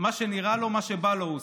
שנראה לו, מה שבא לו.